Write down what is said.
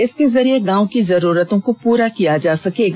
इसके जरिए गांव की जरूरतों को पूरा किया जाएगा